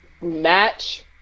match